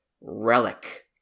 relic